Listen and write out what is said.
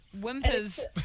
Whimpers